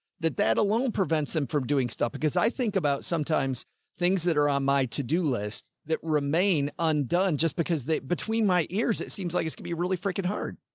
that that alone prevents them from doing stuff. because i think about sometimes things that are on my to do list that remain undone, just because between my ears, it seems like it's gonna be really freaking hard.